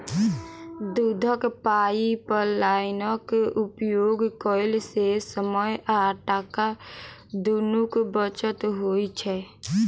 दूधक पाइपलाइनक उपयोग कयला सॅ समय आ टाका दुनूक बचत होइत छै